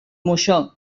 moixó